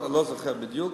לא זוכר בדיוק,